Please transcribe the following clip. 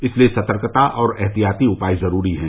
इसलिए सतर्कता और एहतियाती उपाय जरूरी हैं